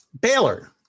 Baylor